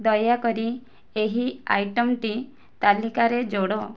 ଦୟାକରି ଏହି ଆଇଟମ୍ଟି ତାଲିକାରେ ଯୋଡ଼